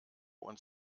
und